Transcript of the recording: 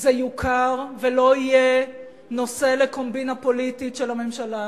זה יוכר ולא יהיה נושא לקומבינה פוליטית של הממשלה הזאת.